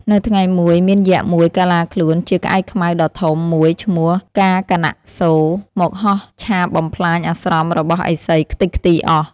នៅថ្ងៃមួយ មានយក្សមួយកាឡាខ្លួនជាក្អែកខ្មៅដ៏ធំ មួយឈ្មោះកាកនាសូរ មកហោះឆាបបំផ្លាញអាស្រមរបស់ឥសីខ្ទេចខ្ទីអស់។